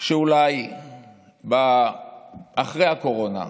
שאולי אחרי הקורונה,